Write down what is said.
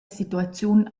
situaziun